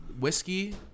whiskey